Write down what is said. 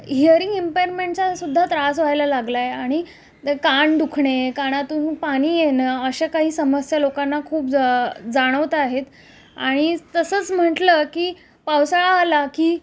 hearing इम्पेयरमेंटचासुद्धा त्रास व्हायला लागला आहे आणि कान दुखणे कानातून पाणी येणं अशा काही समस्या लोकांना खूप ज जाणवता आहेत आणि तसंच म्हटलं की पावसाळा आला की